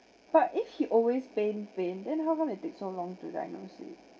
but if he always pain pain then how come it take so long to diagnose it